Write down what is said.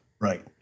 Right